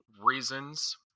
reasons